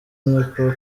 niko